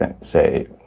say